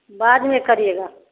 बाद में करिएगा